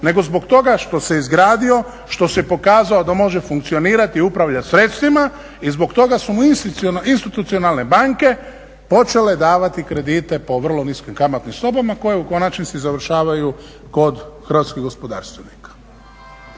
nego zbog toga što se izgradio, što se pokazao da može funkcionirati, upravljati sredstvima i zbog toga su mu institucionalne banke počele davati kredite po vrlo niskim kamatnim stopama koje u konačnici završavaju kod hrvatskih gospodarstvenika.